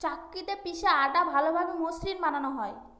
চাক্কিতে পিষে আটা ভালোভাবে মসৃন বানানো হয়